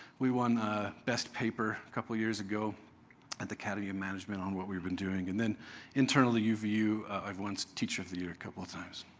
we won best paper a couple of years ago at the cadogan management on what we've been doing. and then internally, uvu, i've won so teacher of the year a couple of times.